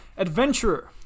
Adventurer